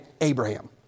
Abraham